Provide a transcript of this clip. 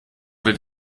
wird